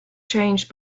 changed